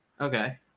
Okay